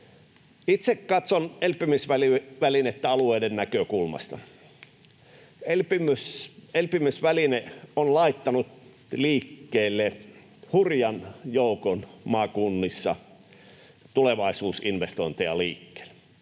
Itse katson elpymisvälinettä alueiden näkökulmasta. Elpymisväline on laittanut liikkeelle hurjan joukon tulevaisuusinvestointeja maakunnissa.